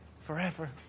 forever